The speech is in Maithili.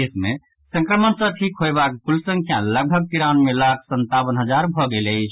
देश मे संक्रमण सँ ठीक होयबाक कुल संख्या लगभग तिरानवे लाख संतावन हजार भऽ गेल अछि